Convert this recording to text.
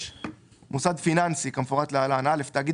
(6)מוסד פיננסי כמפורט להלן: (א)תאגיד